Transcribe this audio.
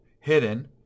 hidden